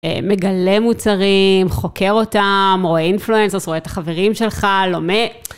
מגלה מוצרים, חוקר אותם, רואה אינפלואנסוס, רואה את החברים שלך, לומד.